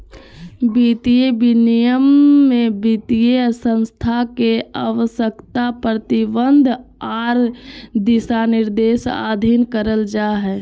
वित्तीय विनियमन में वित्तीय संस्थान के आवश्यकता, प्रतिबंध आर दिशानिर्देश अधीन करल जा हय